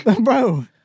Bro